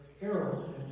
Harold